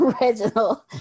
Reginald